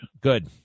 Good